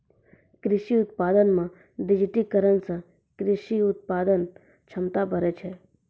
कृषि उत्पादन मे डिजिटिकरण से कृषि उत्पादन क्षमता बढ़ै छै